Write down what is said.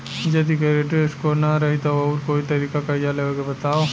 जदि credit score ना रही त आऊर कोई तरीका कर्जा लेवे के बताव?